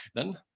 then,